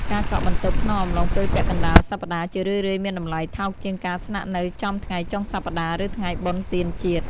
ការកក់បន្ទប់ក្នុងអំឡុងពេលពាក់កណ្តាលសប្តាហ៍ ជារឿយៗមានតម្លៃថោកជាងការស្នាក់នៅចំថ្ងៃចុងសប្តាហ៍ ឬថ្ងៃបុណ្យទានជាតិ។